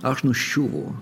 aš nuščiūvu